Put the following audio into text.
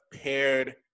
paired